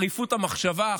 חריפות המחשבה,